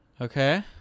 okay